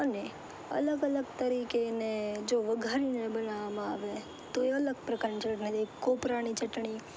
અને અલગ અલગ તરીકે ને જો વઘારીને બનાવવામાં આવે તો એ અલગ પ્રકારની ચટણી કોપરાંની ચટણી